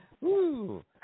Woo